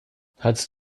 hattest